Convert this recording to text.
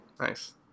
nice